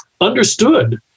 understood